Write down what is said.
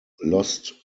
lost